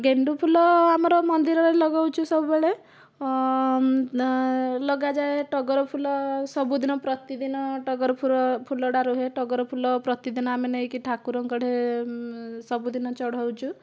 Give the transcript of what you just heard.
ଗେଣ୍ଡୁ ଫୁଲ ଆମର ମନ୍ଦିରରେ ଲଗାଉଛୁ ସବୁବେଳେ ଲଗାଯାଏ ଟଗର ଫୁଲ ସବୁଦିନ ପ୍ରତିଦିନ ଟଗର ଫୁର ଫୁଲଟା ରହେ ଟଗର ଫୁଲ ପ୍ରତିଦିନ ଆମେ ନେଇକି ଠାକୁରଙ୍କଠେ ସବୁଦିନ ଚଢ଼ାଉଛୁ